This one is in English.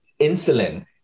insulin